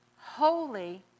Holy